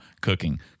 cooking